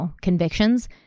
convictions